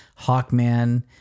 Hawkman